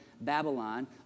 Babylon